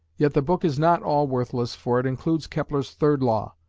yet the book is not all worthless for it includes kepler's third law,